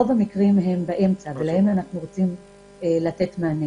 רוב המקרים הם באמצע, ולהם אנחנו רוצים לתת מענה